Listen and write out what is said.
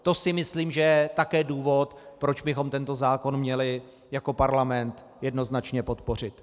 To si myslím, že je také důvod, proč bychom tento zákon měli jako parlament jednoznačně podpořit.